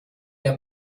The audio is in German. der